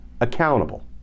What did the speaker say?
accountable